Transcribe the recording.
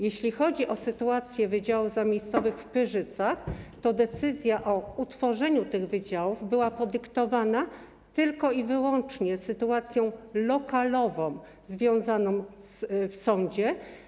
Jeśli chodzi o sytuację wydziałów zamiejscowych w Pyrzycach, to decyzja o utworzeniu tych wydziałów była podyktowana tylko i wyłącznie sytuacją lokalową w sądzie.